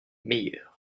meilleur